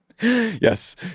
Yes